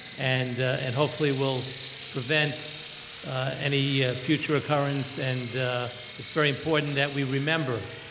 and and hopefully we'll prevent any future occurrence and it's very important that we remember.